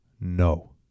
no